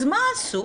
אז מה עשו?